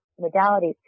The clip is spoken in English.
modalities